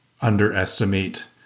underestimate